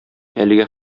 әлегә